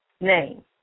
name